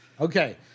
Okay